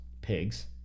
pigs